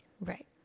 Right